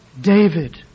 David